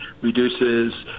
Reduces